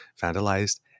Vandalized